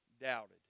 doubted